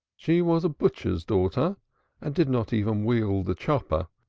she was a butcher's daughter and did not even wield the chopper,